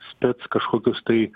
spec kažkokius tai